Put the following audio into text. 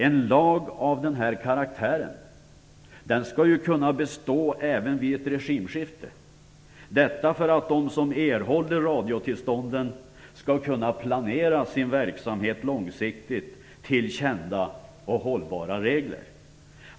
En lag av denna karaktär skall ju kunna bestå även vid ett regimskifte, så att de som erhåller radiotillstånden skall kunna planera sin verksamhet långsiktigt till kända och hållbara regler.